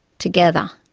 together.